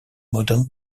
model